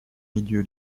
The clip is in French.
milieu